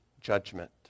judgment